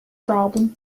problem